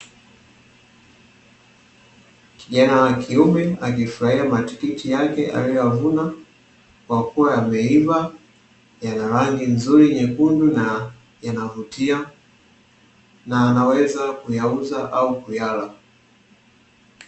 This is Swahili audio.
Kijana wa kiume akifurahia matikiti yake aliyoyavuna kwa kuwa yameiva yakiwa na rangi nzuri yanavutia na anaweza kuyauza au kuyala